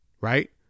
right